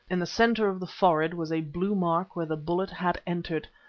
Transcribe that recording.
in the centre of the forehead was a blue mark where the bullet had entered,